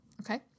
Okay